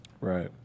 right